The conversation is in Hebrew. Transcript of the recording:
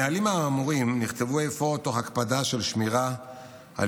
הנהלים האמורים נכתבו אפוא תוך הקפדה על שמירה על